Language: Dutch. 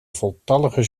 voltallige